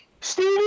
Stevie